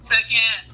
Second